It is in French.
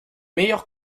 meilleure